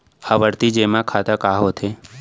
आवर्ती जेमा खाता का होथे?